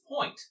point